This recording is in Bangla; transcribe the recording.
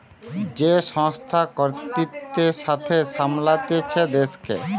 যে সংস্থা কর্তৃত্বের সাথে সামলাতিছে দেশকে